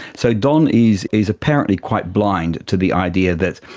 so don is is apparently quite blind to the idea that,